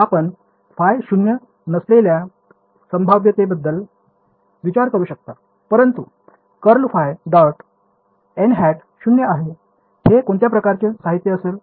आपण फाय शून्य नसलेल्या संभाव्यतेबद्दल विचार करू शकता परंतु ∇ϕ • nˆ शून्य आहे हे कोणत्या प्रकारचे साहित्य असेल